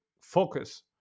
focus